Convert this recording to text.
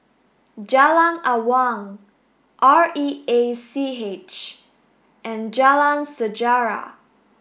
Jalan Awang R E A C H and Jalan Sejarah